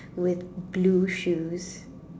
with blue shoes